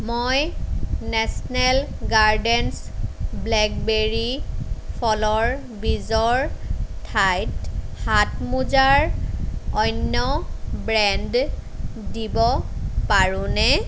মই national gardens blackberry ফলৰ বীজৰ ঠাইত হাতমোজাৰ অন্য ব্ৰেণ্ড দিব পাৰোঁনে